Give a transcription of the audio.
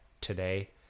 today